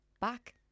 Back